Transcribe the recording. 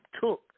took